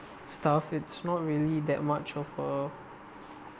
stuff it's not really that much of a